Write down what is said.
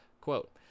Quote